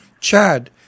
Chad